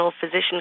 physician